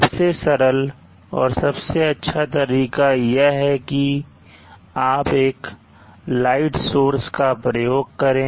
सबसे सरल और सबसे अच्छा तरीका यह है कि आप एक light सोर्स का प्रयोग करें